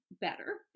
better